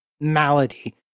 malady